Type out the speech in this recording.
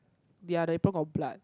ya the apron got blood